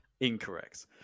Incorrect